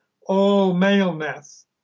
all-maleness